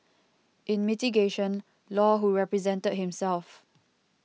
in mitigation Law who represented himself